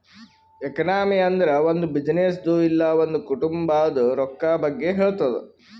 economy ಅಂದುರ್ ಒಂದ್ ಬಿಸಿನ್ನೆಸ್ದು ಇಲ್ಲ ಒಂದ್ ಕುಟುಂಬಾದ್ ರೊಕ್ಕಾ ಬಗ್ಗೆ ಹೇಳ್ತುದ್